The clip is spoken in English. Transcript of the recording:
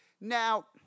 Now